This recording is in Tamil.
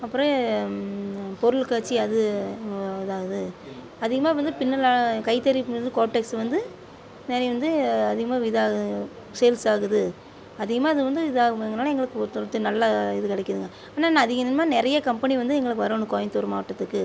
அப்புறம் பொருட்காட்சி அது இதாகுது அதிகமாக வந்து பின்னலான் கைத்தறி இது கோஆப்டெக்ஸ் வந்து நிறைய வந்து அதிகமாக இதாகுது சேல்ஸ் ஆகுது அதிகமாக இது வந்து இதாகுனால எங்களுக்கு நல்ல இது கிடைக்குங்க இன்னும் நிறைய இன்னும் நிறைய கம்பெனி வந்து எங்களுக்கு வரணும் கோயமுத்தூர் மாவட்டத்துக்கு